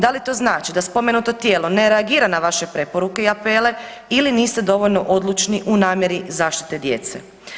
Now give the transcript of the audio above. Da li to znači da spomenuto tijelo ne reagira na vaše preporuke i apele ili niste dovoljno odlučni u namjeri zaštite djece.